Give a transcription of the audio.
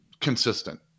consistent